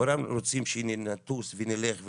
כולם רוצים שנטוס ונלך,